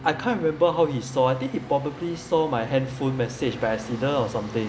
I can't remember how he saw I think he probably saw my handphone message by accident or something